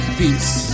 peace